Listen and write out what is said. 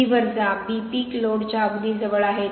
बी वर जा बी पीक लोडच्या अगदी जवळ आहे